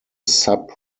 sub